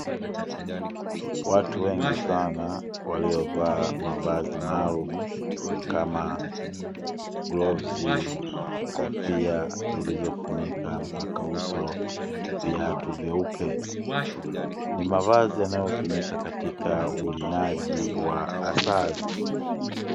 Watu wengi sana waliovaa mavazi maalumu kama glovzi, kofia zilizofunika mapaka uso, viatu vyeupe. Ni mavazi yanayotumika katika urinaji wa asali.